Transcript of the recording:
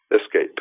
escape